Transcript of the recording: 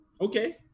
Okay